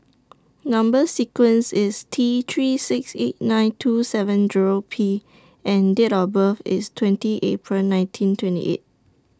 Number sequence IS T three six eight nine two seven Zero P and Date of birth IS twenty April nineteen twenty eight